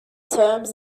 terms